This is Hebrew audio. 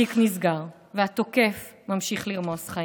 התיק נסגר והתוקף ממשיך לרמוס חיים.